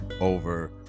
over